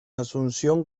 asunción